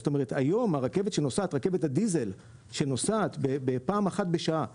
היום, רכבת הדיזל שנוסעת פעם אחת בשעה בשדרות,